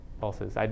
pulses